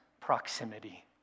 proximity